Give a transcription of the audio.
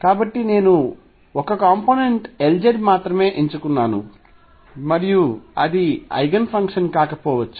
కాబట్టి నేను 1 component Lz మాత్రమే ఎంచుకున్నాను మరియు అది ఐగెన్ ఫంక్షన్ కాకపోవచ్చు